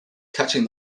catching